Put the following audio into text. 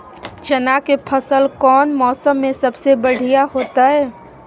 चना के फसल कौन मौसम में सबसे बढ़िया होतय?